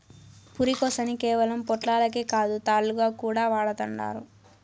పురికొసని కేవలం పొట్లాలకే కాదు, తాళ్లుగా కూడా వాడతండారు